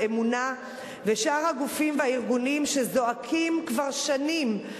"אמונה" ושאר הגופים והארגונים שזועקים כבר שנים,